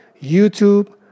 YouTube